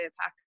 pack